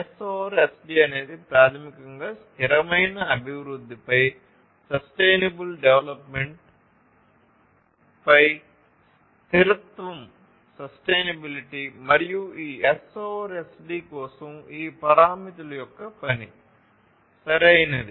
S over SD అనేది ప్రాథమికంగా స్థిరమైన అభివృద్ధిపై మరియు ఈ ఎస్ ఓవర్ ఎస్డి కోసం ఈ పారామితుల యొక్క పని సరియైనది